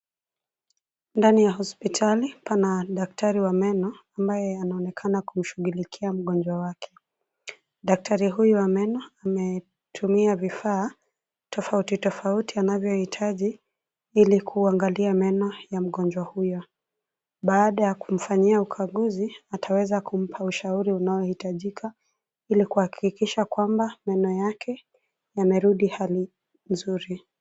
Ndani ya hospitali pana daktari wa meno ambaye anaonekana kumshughulikia mgonjwa wake. Daktari huyu wa meno ametumia vifaa tofauti, tofauti anavyohitaji ili kuangalia meno ya mgonjwa huyo. Baada ya kumfanyia ukaguzi, ataweza kumpa ushauri unao hitajika ili kuhakikisha kwamba meno yake yamerudi hali mzuri.